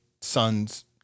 son's